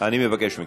אני מבקש מכם.